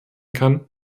kann